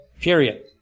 period